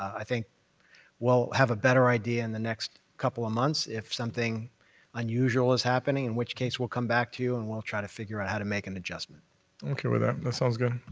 i think we'll have a better idea in the next couple of months if something unusual is happening, in which case we'll come back to you and we'll try to figure out how to make an adjustment. i'm okay with ah that. sounds good.